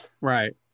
Right